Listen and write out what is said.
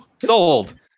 sold